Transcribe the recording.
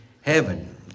heaven